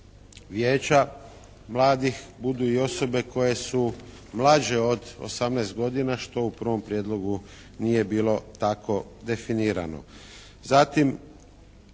Vijeća mladih budu i osobe koje su mlađe od 18 godina što u prvom prijedlogu nije bilo tako definirano.